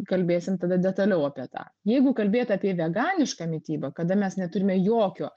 kalbėsim tada detaliau apie tą jeigu kalbėt apie veganišką mitybą kada mes neturime jokio